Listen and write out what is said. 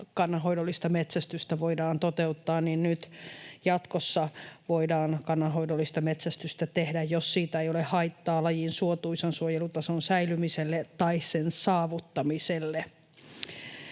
kannanhoidollista metsästystä voidaan toteuttaa, niin nyt jatkossa voidaan kannanhoidollista metsästystä tehdä, jos siitä ei ole haittaa lajin suotuisan suojelutason säilymiselle tai sen saavuttamiselle.